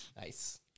Nice